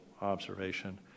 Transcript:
observation